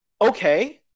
okay